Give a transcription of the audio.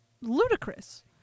ludicrous